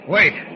Wait